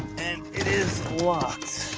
and it is locked.